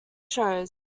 shows